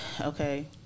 okay